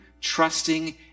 trusting